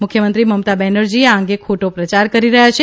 મુખ્યમંત્રી મમતા બેનરજી આ અંગે ખોટો પ્રચાર કરી રહ્યાં છે